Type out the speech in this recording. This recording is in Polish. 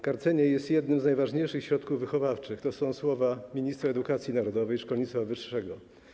Karcenie jest jednym z najważniejszych środków wychowawczych - to są słowa ministra edukacji narodowej i szkolnictwa wyższego.